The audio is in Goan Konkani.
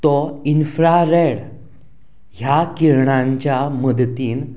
तो इन्फ्रा रॅड ह्या किरणांच्या मदतीन